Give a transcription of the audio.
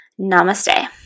Namaste